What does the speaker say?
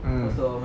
mm